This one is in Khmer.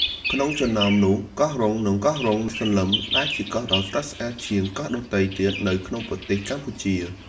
ក្នុងចំណោមនោះ កោះរ៉ុង និងកោះរ៉ុងសន្លឹម ដែលជាកោះដ៏ស្រស់ស្អាតជាងកោះដទៃទៀតនៅក្នុងប្រទេសកម្ពុជា។